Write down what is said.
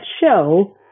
show